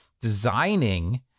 Designing